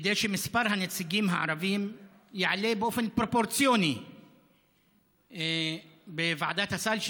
כדי שמספר הנציגים הערבים יעלה באופן פרופורציוני בוועדת הסל,